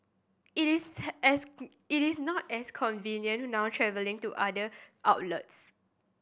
it is as it is not as convenient now travelling to other outlets